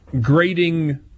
grading